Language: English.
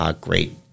great